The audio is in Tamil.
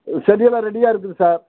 செடி எல்லாம் ரெடியாக இருக்குது சார்